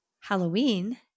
Halloween